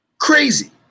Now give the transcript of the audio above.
Crazy